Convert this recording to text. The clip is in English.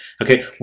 okay